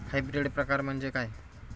Hybrid प्रकार म्हणजे काय?